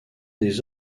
des